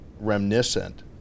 reminiscent